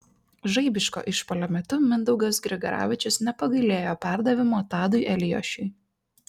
žaibiško išpuolio metu mindaugas grigaravičius nepagailėjo perdavimo tadui eliošiui